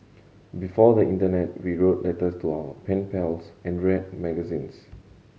before the internet we wrote letters to our pen pals and read magazines